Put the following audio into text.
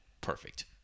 Perfect